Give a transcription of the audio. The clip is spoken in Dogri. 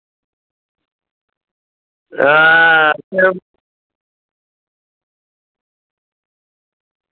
हां